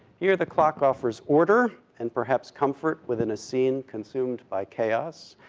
here the clock offers order, and perhaps comfort within a scene consumed by chaos,